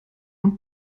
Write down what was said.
und